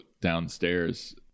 downstairs